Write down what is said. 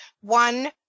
One